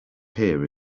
here